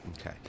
okay